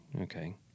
Okay